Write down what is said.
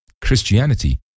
Christianity